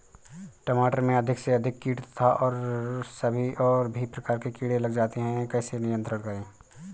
टमाटर में अधिक से अधिक कीट तथा और भी प्रकार के कीड़े लग जाते हैं इन्हें कैसे नियंत्रण करें?